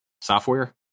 software